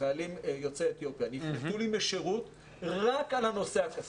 יוצאי אתיופיה נפלטו משירות רק על הנושא הכספי.